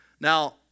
Now